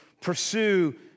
pursue